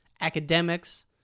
academics